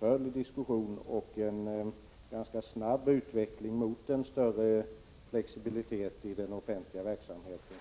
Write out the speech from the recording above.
ingående diskussion i dessa frågor och att utvecklingen mycket snabbt går mot en allt större flexibilitet inom den offentliga verksamheten.